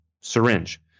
syringe